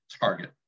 target